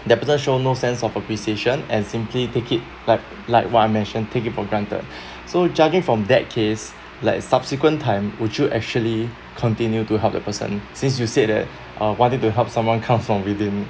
that person show no sense of appreciation and simply take it like like what I mentioned take it for granted so judging from that case like subsequent time would you actually continue to help the person since you said that uh wanting to help someone comes from within